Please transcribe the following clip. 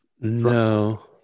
No